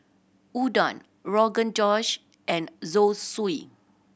Udon Rogan Josh and Zosui